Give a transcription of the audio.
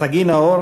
סגי נהור,